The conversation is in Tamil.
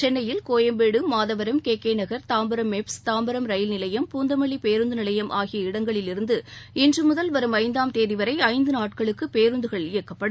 சென்னையில் Koyambedu Madhavaram K K Nagar Tambaram MEPZ Tambaram ரயில் நிலையம் பூந்தமல்லி பேருந்து நிலையம் ஆகிய இடங்களிலிருந்து இன்றுமுதல் வரும் ஐந்தாம் தேதிவரை ஐந்து நாட்களுக்கு பேருந்துகள் இயக்கப்படும்